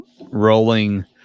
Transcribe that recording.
rolling